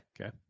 Okay